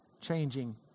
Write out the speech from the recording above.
changing